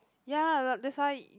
ya that's why